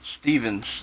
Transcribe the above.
Stevens